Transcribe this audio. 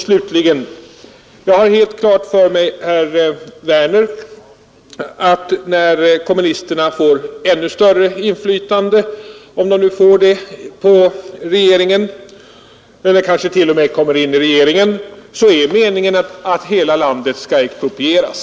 Slutligen har jag helt klart för mig, herr Werner, att när kommunisterna får ännu större inflytande, om de nu får det, på regeringen eller kanske t.o.m. kommer in i regeringen, är det meningen att hela landet skall exproprieras.